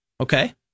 Okay